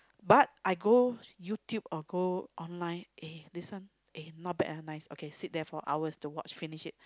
but I go YouTube or go online eh this one aye not bad eh nice okay sit there for hours to watch finish it